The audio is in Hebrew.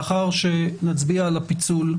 לאחר שנצביע על הפיצול,